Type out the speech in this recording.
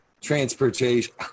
transportation